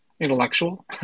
Intellectual